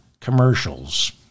commercials